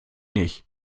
nicht